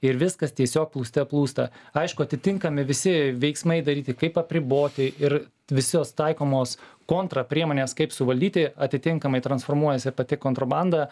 ir viskas tiesiog plūste plūsta aišku atitinkami visi veiksmai daryti kaip apriboti ir visos taikomos kontra priemonės kaip suvaldyti atitinkamai transformuojasi ir pati kontrabanda